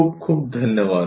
खूप खूप धन्यवाद